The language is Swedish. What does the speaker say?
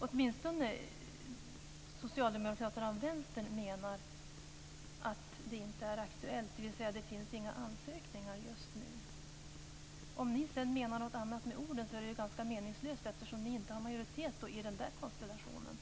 Åtminstone socialdemokraterna och vänstern menar att det inte är aktuellt, dvs. det finns just nu inga ansökningar. Det är meningslöst om ni menar någonting annat, eftersom ni med den konstellationen inte har majoritet.